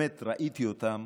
ראיתי אותם